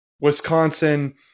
Wisconsin